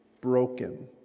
broken